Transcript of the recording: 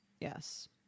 yes